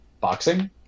boxing